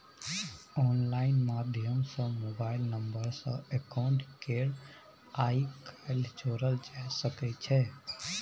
online माध्यम सँ mobile number सँ अकाउंट केँ आइ काल्हि जोरल जा सकै छै